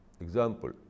example